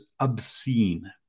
obscene